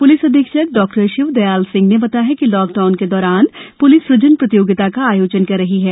police अधीक्षक Dr Shivdayal Singh ने बताया कि लॉक डाउन के दौरान प्लिस सुजन प्रतियोगिता का थ योजन कर रही हैं